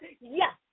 Yes